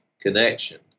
connection